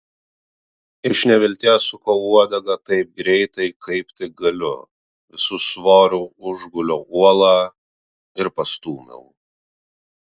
iš nevilties sukau uodegą taip greitai kaip tik galiu visu svoriu užguliau uolą ir pastūmiau